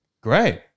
Great